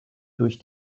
durch